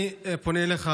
אני פונה אליך